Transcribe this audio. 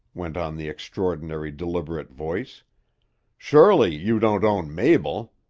went on the extraordinary, deliberate voice surely you don't own mabel.